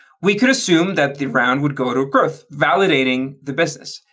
we could assume that the round would go to growth validating the business,